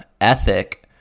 ethic